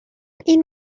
این